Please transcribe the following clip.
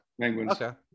Penguins